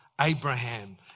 Abraham